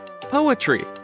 poetry